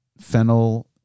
fennel